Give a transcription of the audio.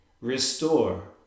Restore